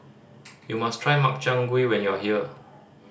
you must try Makchang Gui when you are here